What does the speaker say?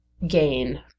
Gain